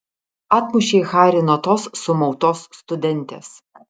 atmušei harį nuo tos sumautos studentės